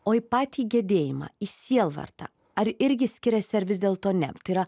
o į patį gedėjimą į sielvartą ar irgi skiriasi ar vis dėlto ne tai yra